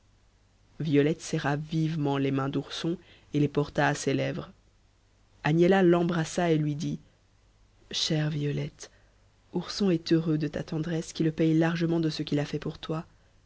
violette serra vivement les mains d'ourson et les porta à ses lèvres agnella l'embrassa et lui dit chère violette ourson est heureux de ta tendresse qui le paye largement de ce qu'il a fait pour toi